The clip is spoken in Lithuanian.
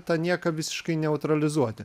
tą nieką visiškai neutralizuoti